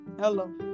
Hello